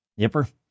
Yipper